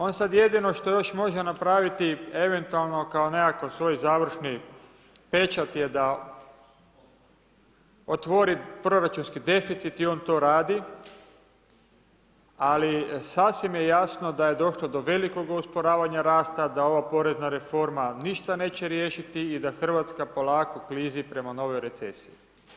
On sad jedino što još može napraviti eventualno kao nekakav svoj završni pečat je da otvori proračunski deficit i on to radi, ali sasvim je jasno da je došlo do velikog usporavanja rasta, da ova porezna reforma ništa neće riješiti i da RH polako klizi prema novoj recesiji.